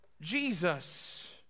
Jesus